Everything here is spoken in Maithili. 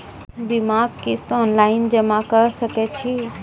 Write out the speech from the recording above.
बीमाक किस्त ऑनलाइन जमा कॅ सकै छी?